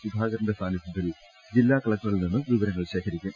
സുധാകരന്റെ സാന്നിധ്യത്തിൽ ജില്ലാ കലക്ടറിൽ നിന്ന് വിവരങ്ങൾ ശേഖരിക്കും